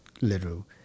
little